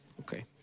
Okay